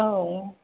औ